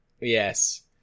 Yes